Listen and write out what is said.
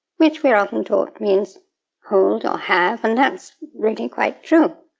which we're often taught means hold or have, and that's really quite true.